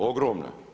Ogromna.